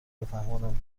بفهمانم